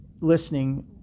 listening